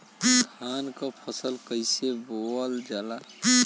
धान क फसल कईसे बोवल जाला?